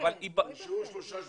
נשארו שלושה שבועות.